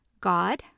God